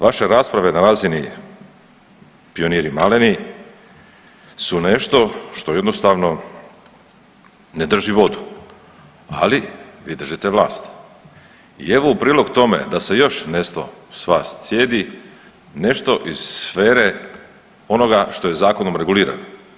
Vaše rasprave na razini pioniri maleni su nešto što jednostavno ne drži vodu, ali vi držite vlast i evo u prilog tome da se još nešto s vas cijedi nešto iz sfere onoga što je zakonom regulirano.